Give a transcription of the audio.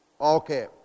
Okay